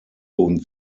und